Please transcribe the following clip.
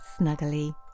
snuggly